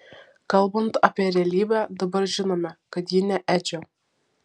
kalbant apie realybę dabar žinome kad ji ne edžio